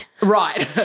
Right